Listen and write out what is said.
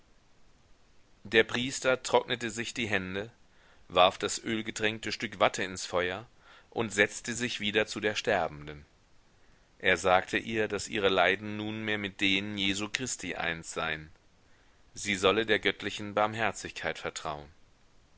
der priester trocknete sich die hände warf das ölgetränkte stück watte ins feuer und setzte sich wieder zu der sterbenden er sagte ihr daß ihre leiden nunmehr mit denen jesu christi eins seien sie solle der göttlichen barmherzigkeit vertrauen